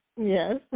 Yes